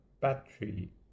battery